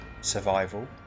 survival